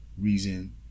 reason